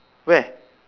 where